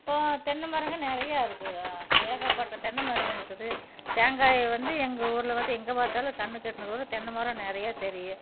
இப்போ தென்னமரங்க நிறையா இருக்கு ஏகப்பட்ட தென்னைமரம் இருக்குது தேங்காய் வந்து எங்கள் ஊரில் வந்து எங்கள் பார்த்தாலும் கண்ணுக்கு எட்டின தூரம் தென்னைமரம் நிறையா தெரியும்